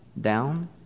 down